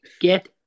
Get